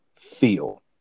feel